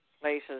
places